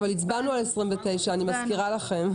אבל כבר הצבענו על תקנה זו.